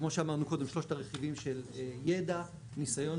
כמו שאמרנו קודם שלושת הרכיבים של ידע, ניסיון